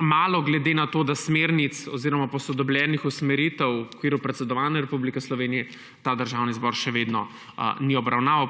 malo, glede na to, da smernic oziroma posodobljenih usmeritev v okviru predsedovanja Republike Slovenije ta državni zbor še vedno ni obravnaval,